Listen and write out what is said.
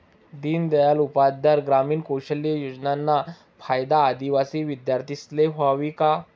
दीनदयाल उपाध्याय ग्रामीण कौशल योजनाना फायदा आदिवासी विद्यार्थीस्ले व्हयी का?